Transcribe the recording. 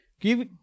Give